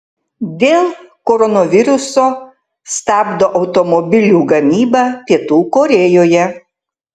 dėl koronaviruso stabdo automobilių gamybą pietų korėjoje